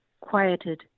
Quieted